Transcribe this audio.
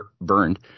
burned